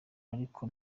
ariko